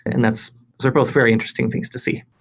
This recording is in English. and that's both very interesting things to see.